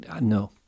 No